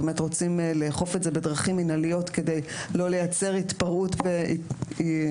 רוצים לאכוף את זה בדרכים מינהליות כדי לא לייצר התפרעות וליבוי.